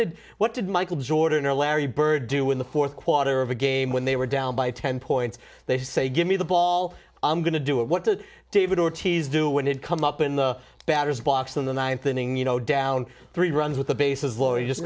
did what did michael jordan or larry bird do in the fourth quarter of a game when they were down by ten points they say give me the ball i'm going to do it what did david ortiz do when it come up in the batters box in the ninth inning you know down three runs with the bases lawrie just